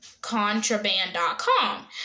contraband.com